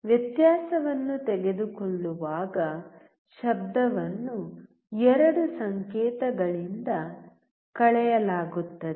ವ್ಯತ್ಯಾಸವನ್ನು ತೆಗೆದುಕೊಳ್ಳುವಾಗ ಶಬ್ದವನ್ನು ಎರಡೂ ಸಂಕೇತಗಳಿಂದ ಕಳೆಯಲಾಗುತ್ತದೆ